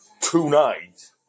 tonight